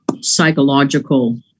psychological